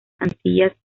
antillas